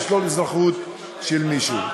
לשלול אזרחות של מישהו.